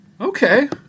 Okay